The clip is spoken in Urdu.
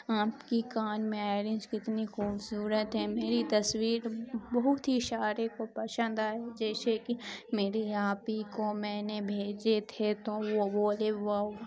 آپ کی کان میں ارینج کتنی خوبصورت ہیں میری تصویر بہت ہی سارے کو پسند آئے جیسے کہ میرے آپی کو میں نے بھیجے تھے تو وہ بولے واؤ